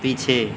पीछे